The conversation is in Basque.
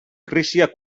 krisia